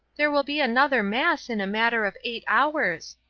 there will be another mass in a matter of eight hours,